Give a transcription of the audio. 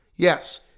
Yes